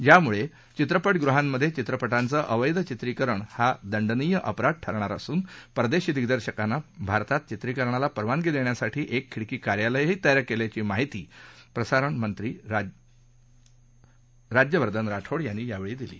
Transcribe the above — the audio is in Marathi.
ज्यामुळे चित्रपटगृहात चित्रपटांचं अवैध चित्रिकरण हा दंडनीय अपराध ठरणार असून परदेशी दिग्दर्शकांना भारतात चित्रिकरणाला परवानगी देण्यासाठी एक खिडकी कार्यालय तयार केल्याची माहिती आणि प्रसारण मंत्री राज्यवर्धन राठोड यांनी यावेळी दिली